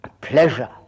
pleasure